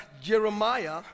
Jeremiah